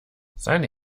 seine